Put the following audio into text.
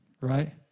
right